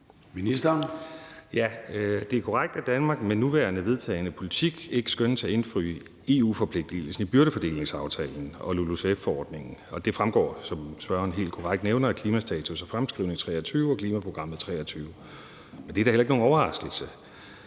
det er korrekt, at Danmark med den nuværende vedtagne politik ikke skønnes at indfri EU-forpligtigelsen i byrdefordelingsaftalen og LULUCF-forordningen. Og det fremgår, som spørgeren helt korrekt nævner, af »Klimastatus og -fremskrivning 2023« og »Klimaprogram 2023«. Det er da heller ikke nogen overraskelse,